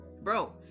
bro